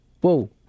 whoa